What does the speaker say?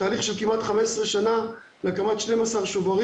תהליך של כמעט 15 שנה להקמת 12 שוברים.